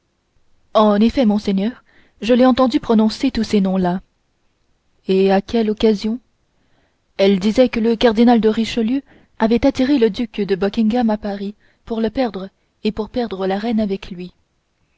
en effet monseigneur répondit le mercier je l'ai entendue prononcer tous ces noms là et à quelle occasion elle disait que le cardinal de richelieu avait attiré le duc de buckingham à paris pour le perdre et pour perdre la reine avec lui